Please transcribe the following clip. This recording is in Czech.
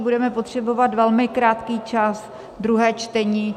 Budeme potřebovat velmi krátký čas, druhé čtení.